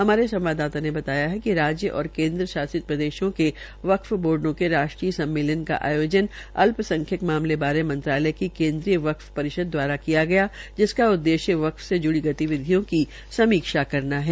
हमारे संवाददाता ने बताया कि राज्य और केन्द्र शासित प्रदेशों के वक्फ बोर्डो के राष्ट्रीय सम्मेलन का आयोजन अल्पसंख्यक मामलों बारे मंत्रालय की केन्द्रीय वक्फ परिषद दवारा किया गया जिसका उद्देश्य वक्फ से ज्ड़ी गतिविधियों की समीक्षा करना है